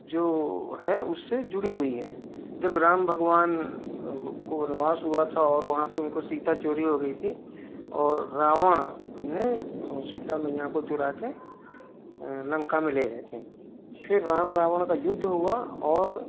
जो है उस से जुड़ी हुई है जब राम भगवान को वनवास हुआ था और वहाँ से उनको सीता चोरी हो गई थी और रावण ने सीता मैया को चुरा कर लंका में ले गए थे फिर राम रावण का युद्ध हुआ और